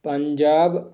Punjab